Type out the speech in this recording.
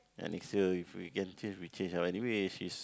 next year if we can change we change anyway she's